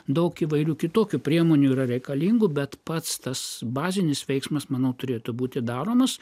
daug įvairių kitokių priemonių yra reikalingų bet pats tas bazinis veiksmas manau turėtų būti daromas